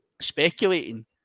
speculating